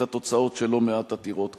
את התוצאות של לא מעט עתירות כאלה.